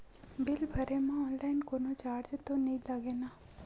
Bill भरे मा online कोनो चार्ज तो नई लागे ना?